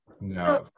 no